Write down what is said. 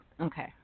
Okay